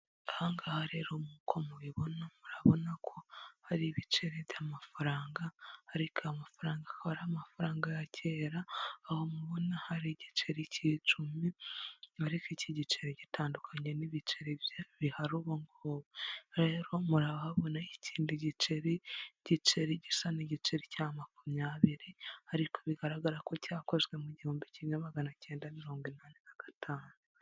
Aha ngaha rero nkuko mubibona, murabona ko hari ibiceri by'amafaranga, ariko aya mafaranga akaba ari amafaranga ya kera, aho mubona hari igiceri cy'icumi, ariko iki giceri gitandukanye n'ibiceri bihari ubu ngubu. Rero murarahabonaho ikindi giceri, igiceri gisa n'igiceri cya makumyabiri, ariko bigaragara ko cyakozwe mu gihumbi kimwe magana cyenda mirongo inani na gatanu.